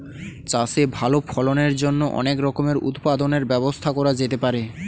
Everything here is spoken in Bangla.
চাষে ভালো ফলনের জন্য অনেক রকমের উৎপাদনের ব্যবস্থা করা যেতে পারে